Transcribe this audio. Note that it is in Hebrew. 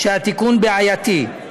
שהתיקון בעייתי.